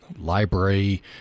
library